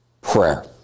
prayer